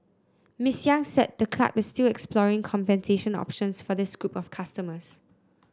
Miss Yang said the club is still exploring compensation options for this group of customers